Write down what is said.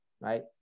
right